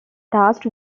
tasked